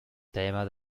tema